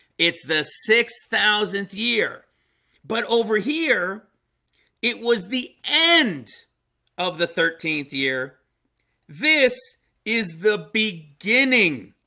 it's the sixth thousandth year but over here it was the end of the thirteenth year this is the beginning